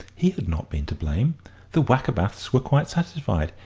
he had not been to blame the wackerbaths were quite satisfied.